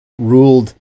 ruled